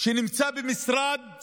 שנמצא במשרד